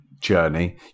journey